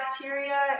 bacteria